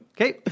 Okay